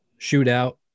shootout